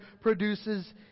produces